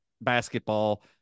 basketball